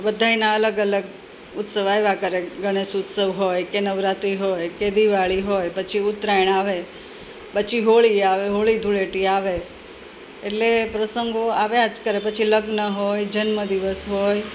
બધાંયના અલગ અલગ ઉત્સવ આવ્યા કરે ગણેશ ઉત્સવ હોય કે નવરાત્રી હોય કે દિવાળી હોય પછી ઉત્તરાયણ આવે પછી હોળી આવે હોળી ધૂળેટી આવે એટલે પ્રસંગો આવ્યા જ કરે પછી લગ્ન હોય જન્મદિવસ હોય